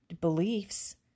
beliefs